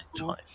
twice